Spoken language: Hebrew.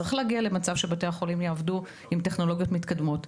צריך להגיע למצב שבתי החולים יעבדו עם טכנולוגיות מתקדמות,